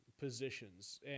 positions